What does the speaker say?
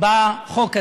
בחוק הזה.